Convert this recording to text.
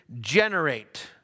generate